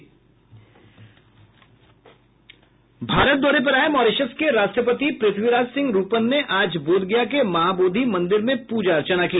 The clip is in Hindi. भारत दौरे पर आये मॉरीशस के राष्ट्रपति पृथ्वीराज सिंह रूपन ने आज बोधगया के महाबोधि मंदिर में पूजा अर्चना की